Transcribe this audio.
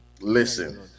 listen